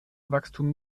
wachstum